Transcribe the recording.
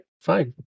fine